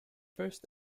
first